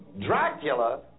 Dracula